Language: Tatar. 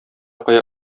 кая